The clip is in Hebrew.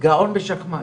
גאון בשחמט,